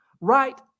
Right